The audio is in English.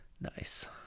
nice